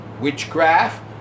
witchcraft